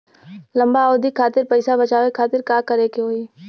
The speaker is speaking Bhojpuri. लंबा अवधि खातिर पैसा बचावे खातिर का करे के होयी?